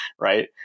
right